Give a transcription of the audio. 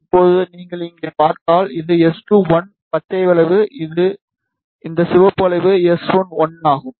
இப்போது நீங்கள் இங்கே பார்த்தால் இது S21 பச்சை வளைவு இந்த சிவப்பு வளைவு S11 ஆகும்